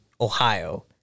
Ohio